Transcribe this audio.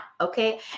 Okay